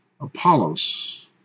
Apollos